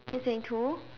he's in too